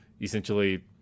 essentially